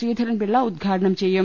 ശ്രീധരൻ പിള്ള ഉദ്ഘാടനം ചെയ്യും